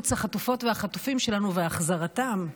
בחילוץ החטופות והחטופים שלנו והחזרתם,